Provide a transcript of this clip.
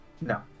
No